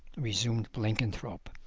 resumed blenkinthrope,